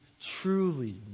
truly